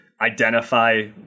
identify